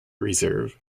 reserve